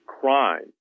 crime